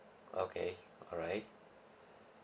okay all right